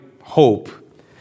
hope